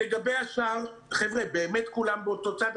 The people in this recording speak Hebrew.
לגבי השאר, באמת כולם באותו צד.